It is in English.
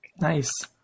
Nice